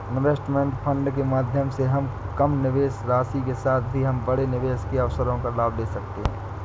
investment fund के माध्यम से हम कम निवेश राशि के साथ भी हम बड़े निवेश के अवसरों का लाभ ले सकते हैं